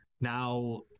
Now